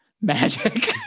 magic